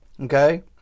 okay